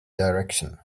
direction